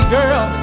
girl